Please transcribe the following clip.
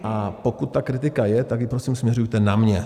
A pokud ta kritika je, tak ji prosím směřujte na mě.